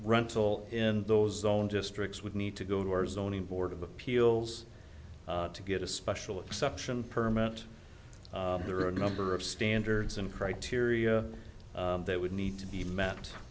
rental in those own districts would need to go to our zoning board of appeals to get a special exception permanent there are a number of standards and criteria that would need to be m